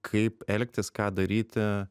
kaip elgtis ką daryti